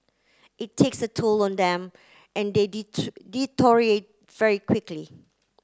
it takes a toll on them and they deteriorate very quickly